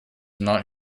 not